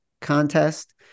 Contest